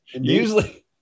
usually